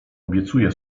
obiecuję